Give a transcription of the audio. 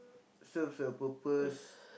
serves a purpose